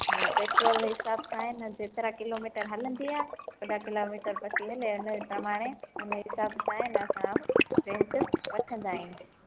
अ petrol ॼे हिसाब सा अ न जेतरा किलोमीटर हलंदी आ चौॾह किलोमीटर प्रति हले हा न त हाणे हुन हिसाब सा अ न रेट वठंदा आयूं